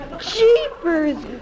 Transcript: Jeepers